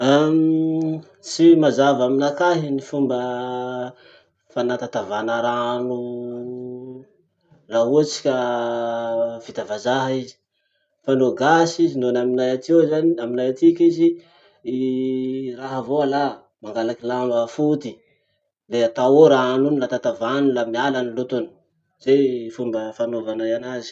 Tsy mazava aminakahy ny fomba fanatatavana rano, laha ohatsy ka vita vazaha izy. Fa no gasy izy, no ny aminay atiho zany, aminay atiky izy, i raha avao alà. Mangalaky lamba foty, le atao ao rano iny la tatavany la miala ny lotony. Zay fomba fanaovanay anazy.